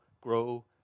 grow